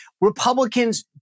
Republicans